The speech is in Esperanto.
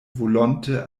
volonte